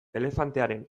elefantearen